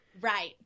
Right